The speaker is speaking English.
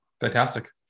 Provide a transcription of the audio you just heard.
fantastic